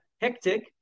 hectic